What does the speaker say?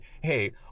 hey